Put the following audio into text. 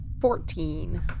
Fourteen